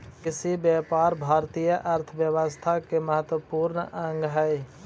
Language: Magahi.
कृषिव्यापार भारतीय अर्थव्यवस्था के महत्त्वपूर्ण अंग हइ